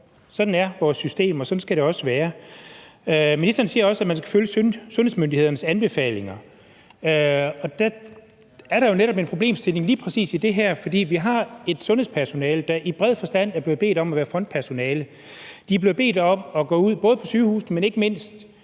Sådan er vores system, og sådan skal det også være. Ministeren siger også, at man selvfølgelig skal følge sundhedsmyndighedernes anbefalinger, og der er der jo netop en problemstilling lige præcis i det her. For vi har et sundhedspersonale, der i bred forstand er blevet bedt om at være frontpersonale. De er blevet bedt om både at gå ud på sygehusene, men ikke mindst